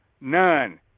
None